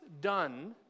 done